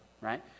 right